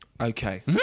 Okay